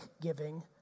giving